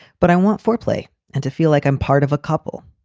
but i want foreplay and to feel like i'm part of a couple.